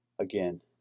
again